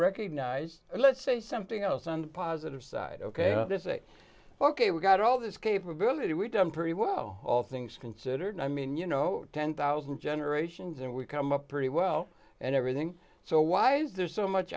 recognize let's say something else on the positive side ok this is a ok we've got all this capability we've done pretty well all things considered i mean you know ten thousand generations and we've come up pretty well and everything so why is there so much